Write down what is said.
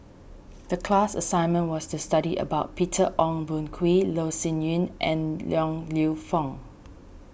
the class assignment was to study about Peter Ong Boon Kwee Loh Sin Yun and Liang Lew Foong